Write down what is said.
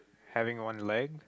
having one leg